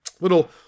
little